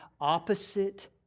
opposite